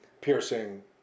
piercing